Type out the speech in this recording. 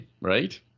right